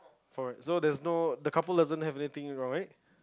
foreign so there's no the couple doesn't have anything right